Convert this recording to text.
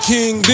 King